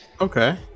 Okay